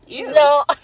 No